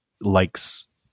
likes